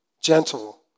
gentle